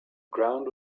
ground